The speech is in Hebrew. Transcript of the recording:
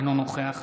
אינו נוכח